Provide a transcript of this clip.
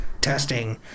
testing